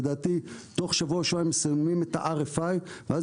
לדעתי תוך שבוע שבועיים מסיימים את ה-RFI ואז